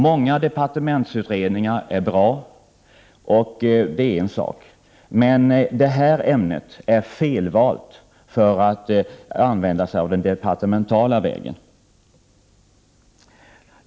Många departementsutredningar är bra — det är en sak — men det är fel att ta upp detta ämne den departementala vägen.